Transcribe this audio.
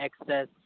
excess